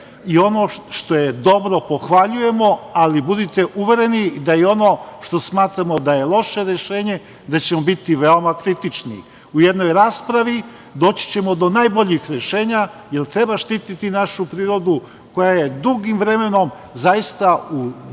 i ono što je dobro pohvaljujemo, ali budite uvereni da i ono što smatramo da je loše rešenje, da ćemo biti veoma kritični. U jednoj raspravi doći ćemo do najboljih rešenja, jer treba štiti našu prirodu koja je dugim vremenom zaista u dosta